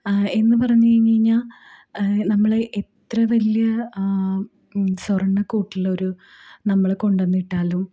എന്ന് പറഞ്ഞ് കഴിഞ്ഞു കഴിഞ്ഞാൽ നമ്മൾ എത്ര വലിയ സ്വർണ്ണക്കൂട്ടിലൊരു നമ്മളെ കൊണ്ടുവന്നിട്ടാലും